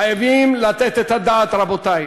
חייבים לתת את הדעת, רבותי.